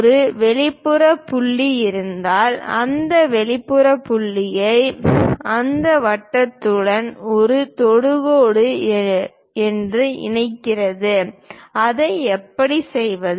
ஒரு வெளிப்புற புள்ளி இருந்தால் அந்த வெளிப்புற புள்ளியை அந்த வட்டத்துடன் ஒரு தொடுகோடு என்று இணைக்கிறது அதை எப்படி செய்வது